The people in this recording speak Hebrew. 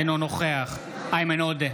אינו נוכח איימן עודה,